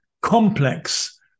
complex